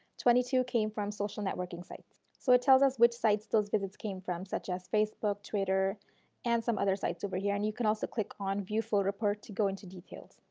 twenty two came from social networking sites. so it tells us which sites those visits came from. such as facebook, twitter and some other sites over here and you can also click on view for report to go into details.